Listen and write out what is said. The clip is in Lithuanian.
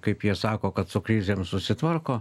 kaip jie sako kad su krizėm susitvarko